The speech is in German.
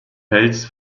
fels